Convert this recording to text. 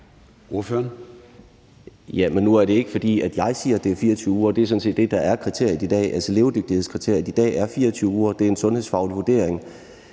Nu er det ikke, fordi jeg siger, at det er 24 uger. Det er sådan set det, der er kriteriet i dag. Altså, levedygtighedskriteriet i dag er 24 uger. Det er en sundhedsfaglig vurdering.